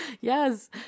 Yes